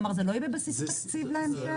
זה לא יהיה בבסיס התקציב להמשך?